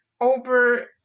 over